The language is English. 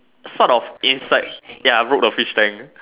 sort of inside ya I broke the fish tank